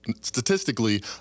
Statistically